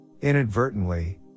Inadvertently